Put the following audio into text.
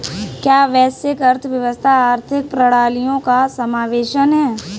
क्या वैश्विक अर्थव्यवस्था आर्थिक प्रणालियों का समावेशन है?